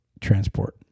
transport